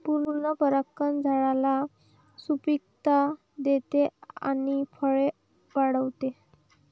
पूर्ण परागकण झाडाला सुपिकता देते आणि फळे वाढवते